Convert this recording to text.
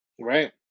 Right